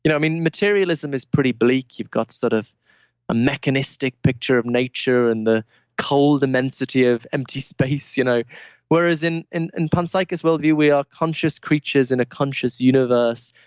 you know i mean, materialism is pretty bleak. you've got sort of a mechanistic picture of nature and the cold immensity of empty space, you know whereas in in and panpsychism worldview, we are conscious creatures in a conscious universe.